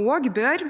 og bør,